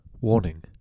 Warning